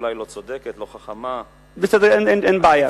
אולי, היא לא צודקת, לא חכמה, בסדר, אין בעיה.